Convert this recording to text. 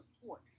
support